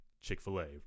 Chick-fil-A